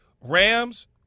Rams